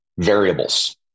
variables